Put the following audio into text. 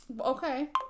Okay